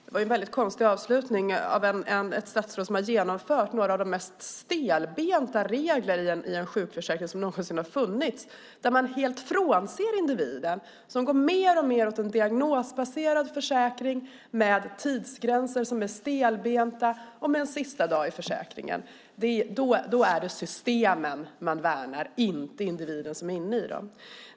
Fru talman! Det var en konstig avslutning av ett statsråd som har genomfört några av de mest stelbenta regler som någonsin har funnits i en sjukförsäkring. Man bortser helt från individen och går mer och mer åt en diagnosbaserad försäkring med fasta tidsgränser och en sista dag i försäkringen. Då är det systemen man värnar och inte individen som är inne i dem.